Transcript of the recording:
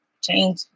change